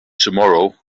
tomorrow